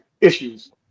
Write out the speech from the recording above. issues